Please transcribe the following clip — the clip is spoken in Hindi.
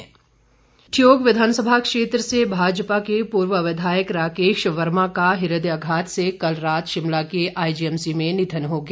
निधन ठियोग विधानसभा क्षेत्र से भाजपा के पूर्व विधायक राकेश वर्मा का हदयघात से कल रात शिमला के आईजीएमसी में निधन हो गया